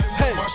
hey